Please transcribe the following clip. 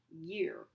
year